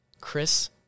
Chris